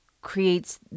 creates